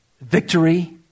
Victory